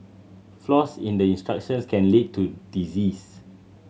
flaws in the instructions can lead to disease